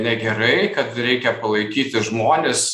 negerai kad reikia palaikyti žmones